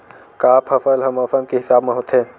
का फसल ह मौसम के हिसाब म होथे?